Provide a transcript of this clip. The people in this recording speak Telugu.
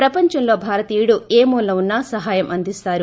ప్రపంచంలో భారతీయుడు ఏ మూలన ఉన్నా సహాయం అందిస్తారు